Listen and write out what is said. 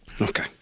Okay